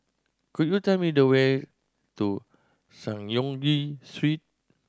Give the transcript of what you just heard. could you tell me the way to Synagogue Street